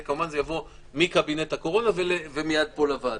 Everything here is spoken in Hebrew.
זה כמובן יבוא מקבינט הקורונה ומייד לפה לוועדה.